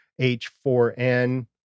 h4n